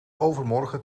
overmorgen